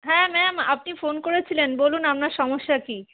হ্যাঁ ম্যাম আপনি ফোন করেছিলেন বলুন আপনার সমস্যা কি